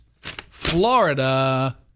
Florida